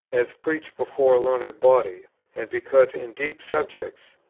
as preached before a learned body and because in deep subjects,